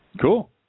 Cool